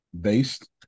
based